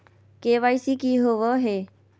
KYC की हॉबे हय?